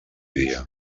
dia